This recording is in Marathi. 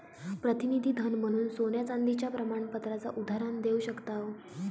प्रतिनिधी धन म्हणून सोन्या चांदीच्या प्रमाणपत्राचा उदाहरण देव शकताव